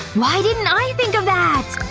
why didn't i think of that?